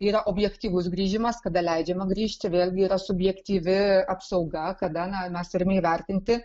yra objektyvus grįžimas kada leidžiama grįžti vėlgi yra subjektyvi apsauga kada na mes turime įvertinti